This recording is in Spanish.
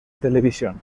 televisión